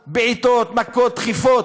בעיטות, מכות, דחיפות.